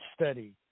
study